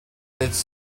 its